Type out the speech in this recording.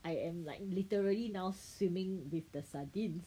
I am like literally now swimming with the sardines